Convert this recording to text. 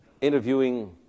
interviewing